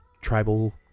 tribal